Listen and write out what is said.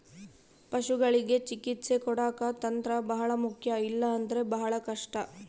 ಪಶುಗಳಿಗೆ ಚಿಕಿತ್ಸೆ ಕೊಡಾಕ ತಂತ್ರ ಬಹಳ ಮುಖ್ಯ ಇಲ್ಲ ಅಂದ್ರೆ ಬಹಳ ಕಷ್ಟ